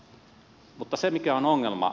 mutta se mikä on ongelma